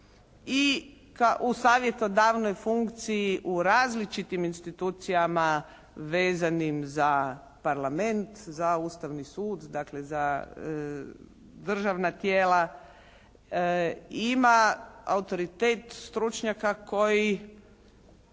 i u savjetodavnoj funkciji u različitim institucijama vezanim za Parlament, za Ustavni sud dakle za državna tijela ima autoritet stručnjaka koji